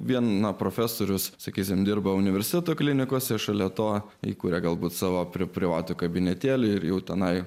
viena profesorius sakysime dirba universiteto klinikose šalia to į kurią galbūt savo privatų kabinete ir jau tenai